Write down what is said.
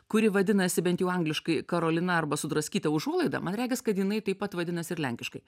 kuri vadinasi bent jau angliškai karolina arba sudraskyta užuolaida man regis kad jinai taip pat vadinasi ir lenkiškai